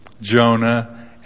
Jonah